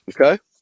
Okay